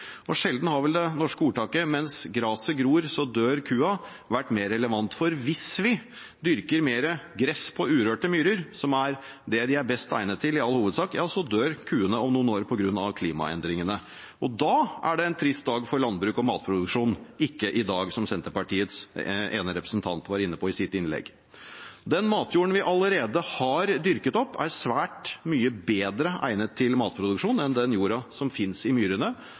Sjelden har vel det norske ordtaket «Mens graset gror, dør kua» vært mer relevant. For hvis vi dyrker mer gress på urørte myrer, som er det de er best egnet til i all hovedsak, ja så dør kuene om noen år på grunn av klimaendringene. Og da er det en trist dag for landbruk og matproduksjon – ikke i dag, som Senterpartiets ene representant var inne på i sitt innlegg. Den matjorda vi allerede har dyrket opp, er svært mye bedre egnet til matproduksjon enn den jorda som finnes i myrene,